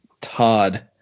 Todd